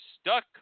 stuck